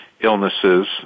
illnesses